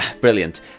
Brilliant